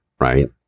right